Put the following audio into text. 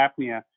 apnea